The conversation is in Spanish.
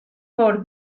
por